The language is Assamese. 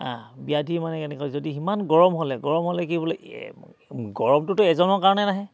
ব্য়াধি মানে কেনেকৈ হয় যদি সিমান গৰম হ'লে গৰম হ'লে কি বোলে গৰমটোতো এজনৰ কাৰণে নাহে